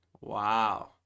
wow